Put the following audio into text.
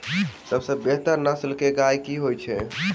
सबसँ बेहतर नस्ल केँ गाय केँ होइ छै?